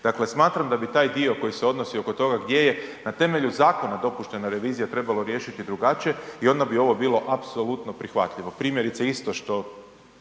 Dakle, smatram da bi taj dio koji se odnosi oko toga gdje je na temelju zakona dopuštena revizija trebalo riješiti drugačije i onda bi ovo bilo apsolutno prihvatljivo. Primjerice, isto što